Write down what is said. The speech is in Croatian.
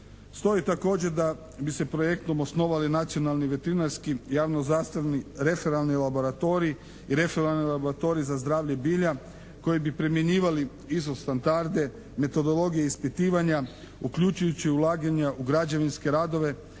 Stoji također da bi se projektom osnovali nacionalni veterinarski javno zastarni referalni laboratorij i referalni laboratorij za zdravlje bilja koji bi primjenjivali iso standarde, metodologije ispitivanja uključujući ulaganja u građevinske radove,